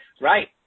Right